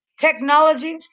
Technology